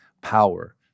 power